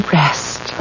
rest